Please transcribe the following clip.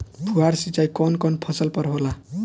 फुहार सिंचाई कवन कवन फ़सल पर होला?